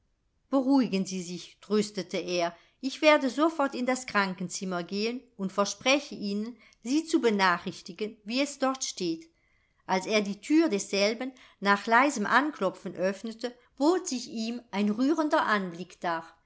beruhigen sie sich tröstete er ich werde sofort in das krankenzimmer gehen und verspreche ihnen sie zu benachrichtigen wie es dort steht als er die thür desselben nach leisem anklopfen öffnete bot sich ihm ein rührender anblick dar